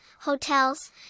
hotels